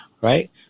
right